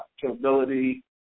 capability